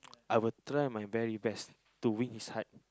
I will try my very best to win his heart